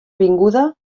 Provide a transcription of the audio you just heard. vinguda